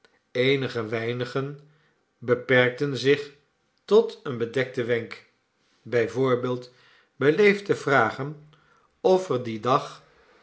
eenige weinigen beperkten zich tot een bedekten wenk bij voorbeeld beleefd te vragen of er dien dag